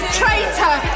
traitor